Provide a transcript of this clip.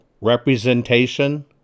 representation